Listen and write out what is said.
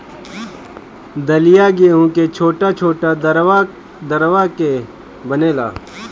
दलिया गेंहू के छोट छोट दरवा के बनेला